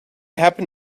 happen